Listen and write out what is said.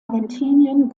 argentinien